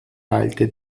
teilte